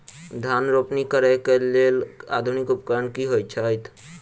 धान रोपनी करै कऽ लेल आधुनिक उपकरण की होइ छथि?